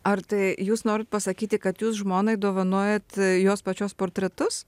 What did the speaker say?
ar tai jūs norit pasakyti kad jūs žmonai dovanojat jos pačios portretus